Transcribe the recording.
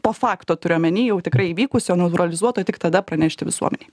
po fakto turiu omeny jau tikrai įvykusio neutralizuoto tik tada pranešti visuomenei